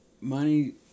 Money